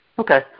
Okay